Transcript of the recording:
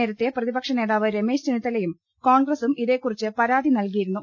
നേരത്തെ പ്രതിപക്ഷ നേതാവ് രമേശ് ചെന്നിത്തലയും കോൺഗ്രസും ഇതെക്കുറിച്ച് പരാതി നൽകിയി രുന്നു